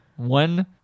One